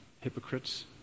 hypocrites